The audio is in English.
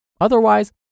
Otherwise